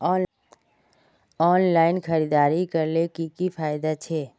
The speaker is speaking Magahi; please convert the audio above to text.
ऑनलाइन खरीदारी करले की की फायदा छे?